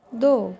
ਦੋ